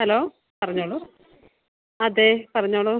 hello പറഞ്ഞോളൂ അതെ പറഞ്ഞോളൂ